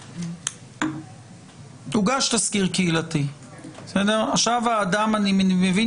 הוגש תסקיר קהילתי ועכשיו אני מבין